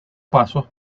pasos